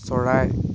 চৰাই